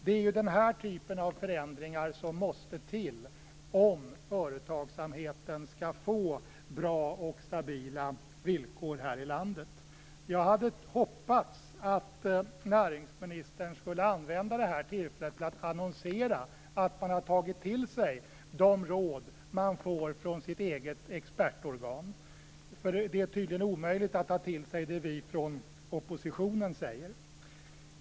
Det är den typen av förändringar som måste till om företagsamheten skall få bra och stabila villkor här i landet. Jag hade hoppats att näringsministern skulle använda det här tillfället till att annonsera att man har tagit till sig de råd man har fått från sitt eget expertorgan, för det är tydligen omöjligt att ta till sig det vi från oppositionen säger.